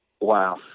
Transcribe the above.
Wow